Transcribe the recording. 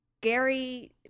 Gary